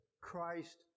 Christ